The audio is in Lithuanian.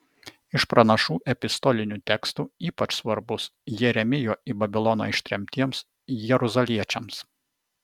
iš pranašų epistolinių tekstų ypač svarbus jeremijo į babiloną ištremtiems jeruzaliečiams